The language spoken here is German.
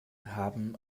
haben